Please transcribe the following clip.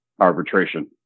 arbitration